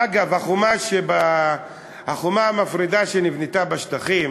אגב, החומה המפרידה שנבנתה בשטחים